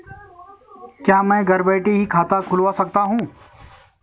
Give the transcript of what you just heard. क्या मैं घर बैठे ही खाता खुलवा सकता हूँ?